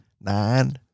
nine